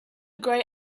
grey